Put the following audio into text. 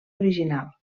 original